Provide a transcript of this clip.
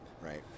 Right